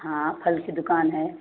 हाँ फल की दुकान है